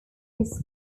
his